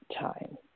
time